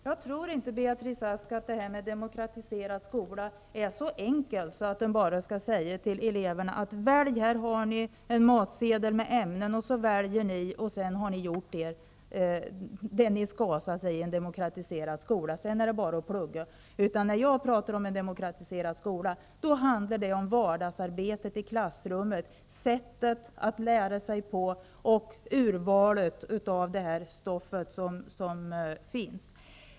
Fru talman! Jag tror inte att det här med demokratiserad skola är så enkelt att man bara skall säga till eleverna: Här har ni en matsedel med ämnen där ni kan välja, och då har ni gjort det ni skall i en demokratiserad skola -- sedan är det bara att plugga. När jag pratar om en demokratiserad skola handlar det om vardagsarbetet i klassrummet, sättet att lära sig på och urvalet av det stoff som finns.